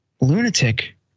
lunatic